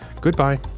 Goodbye